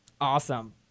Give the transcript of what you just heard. Awesome